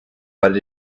but